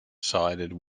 sided